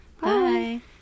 Bye